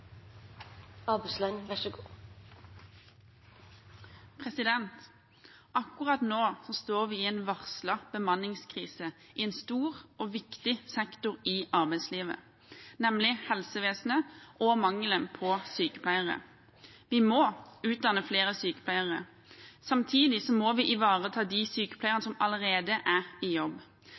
Akkurat nå står vi i en varslet bemanningskrise i en stor og viktig sektor i arbeidslivet, nemlig helsevesenet og mangelen på sykepleiere. Vi må utdanne flere sykepleiere. Samtidig må vi ivareta de sykepleierne som allerede er i jobb.